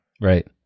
Right